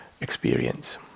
experience